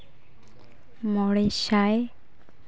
ᱢᱚᱬᱮ ᱥᱟᱭ